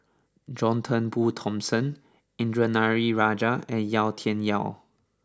John Turnbull Thomson Indranee Rajah and Yau Tian Yau